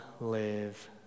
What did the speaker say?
live